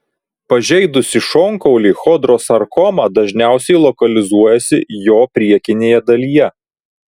pažeidusi šonkaulį chondrosarkoma dažniausiai lokalizuojasi jo priekinėje dalyje